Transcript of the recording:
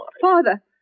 Father